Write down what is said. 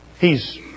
hes